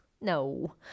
No